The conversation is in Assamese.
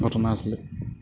ঘটনা আছিলে